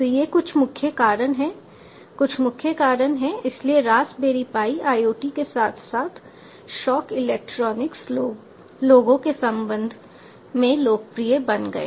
तो ये कुछ मुख्य कारण हैं कुछ मुख्य कारण हैं इसलिए रास्पबेरी पाई IOT के साथ साथ शौक इलेक्ट्रॉनिक्स लोगों के संबंध में लोकप्रिय बन गए